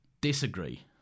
Disagree